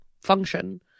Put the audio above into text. function